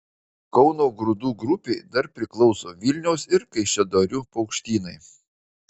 kauno grūdų grupei dar priklauso vilniaus ir kaišiadorių paukštynai